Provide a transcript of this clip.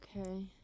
Okay